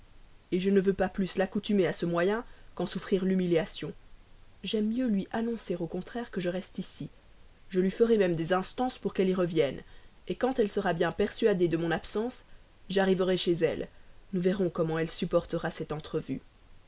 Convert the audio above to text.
porte je ne veux pas plus l'accoutumer à ce moyen qu'en souffrir l'humiliation j'aime mieux lui annoncer au contraire que je reste ici je lui ferai même des instances pour qu'elle y revienne quand elle sera bien persuadée de mon absence j'arriverai chez elle nous verrons comment elle supportera cette entrevue